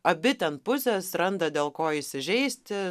abi ten pusės randa dėl ko įsižeisti